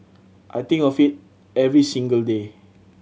I think of it every single day